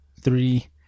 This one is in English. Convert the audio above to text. three